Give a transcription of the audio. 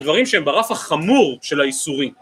דברים שהם ברף החמור של האיסורים.